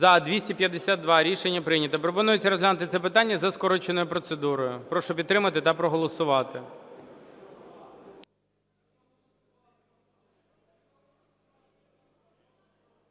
За-252 Рішення прийнято. Пропонується розглянути це питання за скороченою процедурою. Прошу підтримати та проголосувати.